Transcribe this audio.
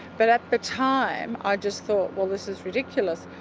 but at the time i just thought, well this is ridiculous,